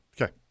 Okay